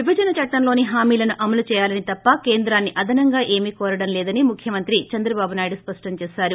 విభజన చట్టంలోని హామీలను అమలు చేయాలని తప్ప కేంద్రాన్ని అదనంగా ఏమీ కోరడం లేదని ముఖ్యమంత్రి చంద్రబాబు నాయుడు స్పష్టం చేశారు